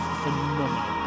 phenomenal